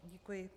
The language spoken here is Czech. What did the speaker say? Děkuji.